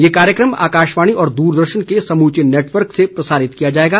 यह कार्यक्रम आकाशवाणी और दूरदर्शन के समूचे नेटवर्क से प्रसारित किया जाएगा